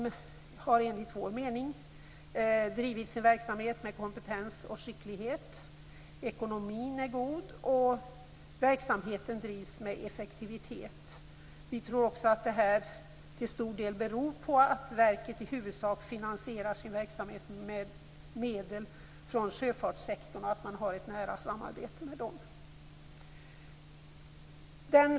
Verket har enligt kristdemokraternas mening bedrivit sin verksamhet med kompetens och skicklighet. Ekonomin är god och verksamheten drivs med effektivitet. Vi tror att detta till stor del beror på att verket i huvudsak finansierar sin verksamhet med medel från sjöfartssektorn och att det finns ett nära samarbete dem emellan.